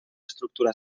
estructura